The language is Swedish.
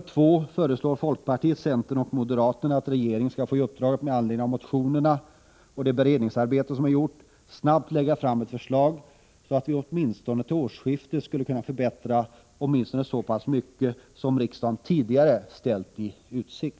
Torsdagen den en med anledning av motionerna och det beredningsarbete som är gjort får i uppdrag att snabbt lägga fram ett förslag, så att vi åtminstone till årsskiftet Bilstödet till handi 1985-1986 skulle kunna åstadkomma förbättringar, i varje fall så pass mycket som riksdagen tidigare har ställt i utsikt.